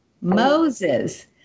Moses